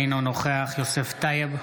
אינו נוכח יוסף טייב,